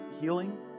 healing